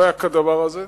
לא היה כדבר הזה.